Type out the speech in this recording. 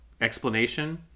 explanation